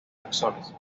taxones